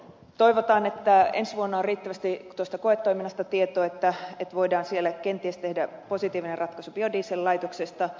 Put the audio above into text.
toivotaan että ensi vuonna on riittävästi tuosta koetoiminnasta tietoa että voidaan siellä kenties tehdä positiivinen ratkaisu biodiesellaitoksesta